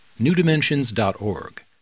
newdimensions.org